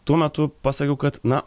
tuo metu pasakiau kad na